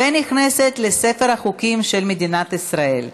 ונכנסת לספר החוקים של מדינת ישראל.